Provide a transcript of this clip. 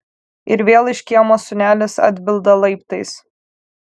ir vėl iš kiemo sūnelis atbilda laiptais